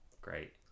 Great